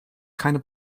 keine